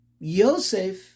Yosef